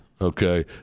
Okay